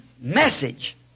message